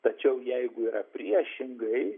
tačiau jeigu yra priešingai